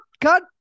cut